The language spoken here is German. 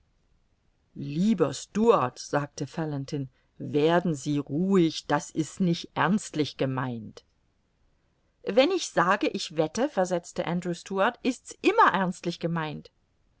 lieber stuart sagte fallentin werden sie ruhig das ist nicht ernstlich gemeint wenn ich sage ich wette versetzte andrew stuart ist's immer ernstlich gemeint